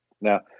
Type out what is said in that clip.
Now